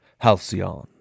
Halcyon